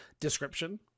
description